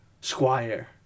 squire